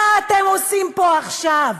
מה אתם עושים פה עכשיו?